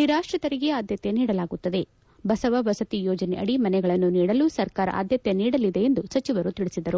ನಿರಾತ್ರಿತರಿಗೆ ಆದ್ದತೆ ನೀಡಲಾಗುತ್ತದೆ ಬಸವ ವಸತಿ ಯೋಜನೆಯಡಿ ಮನೆಗಳನ್ನು ನೀಡಲು ಸರ್ಕಾರ ಆದ್ದತೆ ನೀಡಲಿದೆ ಎಂದು ಸಚಿವರು ತಿಳಿಸಿದರು